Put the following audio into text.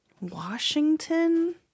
Washington